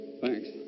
Thanks